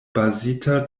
bazita